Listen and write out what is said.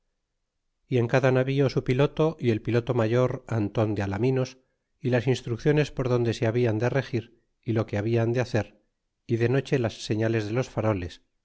y en cada navío su piloto y el piloto mayor anton de alaminos y las instrucciones por donde se habian de regir y lo que habian de hacer y de noche las señales de los faroles